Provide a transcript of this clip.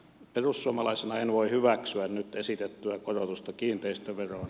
perussuomalaisena en voi hyväksyä nyt esitettyä korotusta kiinteistöveroon